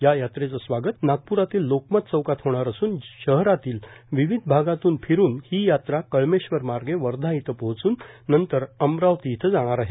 या यात्रेचं स्वागत नागपूरातील लोकमत चौकात होणार असून शहरातील विविध भागातून फिरून ही यात्रा कळमेश्वर मार्गे वर्षा इयं पोहचून नंतर अमरावती इयं पोहोचणार आहे